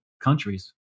countries